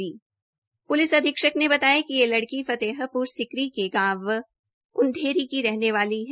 तक पहंचा जहां प्लिस अधीक्षक ने बताया कि ये लड़की फतेहपुर सिकरी के गांव ऊंधेरी की रहने वाली है